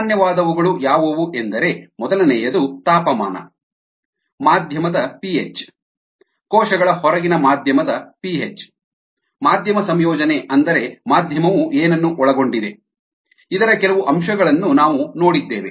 ಸಾಮಾನ್ಯವಾದವುಗಳು ಯಾವುವು ಎಂದರೆ ಮೊದಲನೆಯದು ತಾಪಮಾನ ಮಾಧ್ಯಮದ ಪಿಹೆಚ್ ಕೋಶಗಳ ಹೊರಗಿನ ಮಾಧ್ಯಮದ ಪಿಹೆಚ್ ಮಾಧ್ಯಮ ಸಂಯೋಜನೆ ಅಂದರೆ ಮಾಧ್ಯಮವು ಏನನ್ನು ಒಳಗೊಂಡಿದೆ ಇದರ ಕೆಲವು ಅಂಶಗಳನ್ನು ನಾವು ನೋಡಿದ್ದೇವೆ